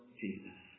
jesus